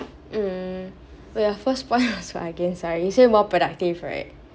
mm with your first point so I guess sorry you say more productive right